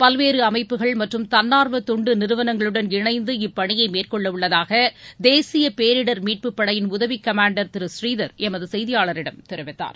பல்வேறு அமைப்புகள் மற்றும் தன்னார்வ தொண்டு நிறுவனங்களுடன் இணைந்து இப்பணியை மேற்கொள்ள உள்ளதாக தேசிய பேரிடர் மீட்பு படையின் உதவி கமாண்டர் திரு ப்ரீதர் எமது செய்தியாளரிடம் தெரிவித்தார்